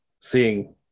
seeing